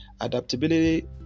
Adaptability